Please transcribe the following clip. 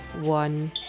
one